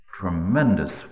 tremendous